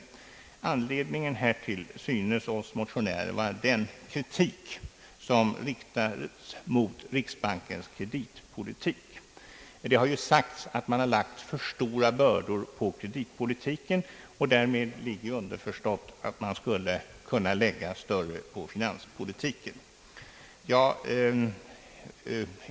Anledningen härtill synes oss motionärer vara den kritik som riktas mot riksbankens kreditpolitik. Det har ju sagts att man har lagt alltför stora bördor på kreditpolitiken, och därmed är underförstått att man borde lägga större bördor på finanspolitiken.